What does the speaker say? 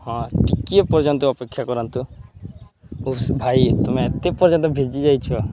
ହଁ ଟିକିଏ ପର୍ଯ୍ୟନ୍ତ ଅପେକ୍ଷା କରନ୍ତୁ ଓ ଭାଇ ତୁମେ ଏତେ ପର୍ଯ୍ୟନ୍ତ ଭିଜି ଯାଇଛ